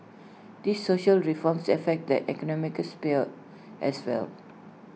these social reforms affect the economic sphere as well